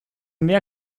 mehr